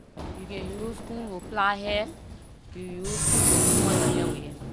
You can use comb to plait hair, you use comb to comb up your hair with it.